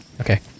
Okay